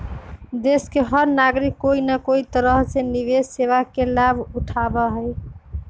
देश के हर नागरिक कोई न कोई तरह से निवेश सेवा के लाभ उठावा हई